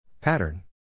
Pattern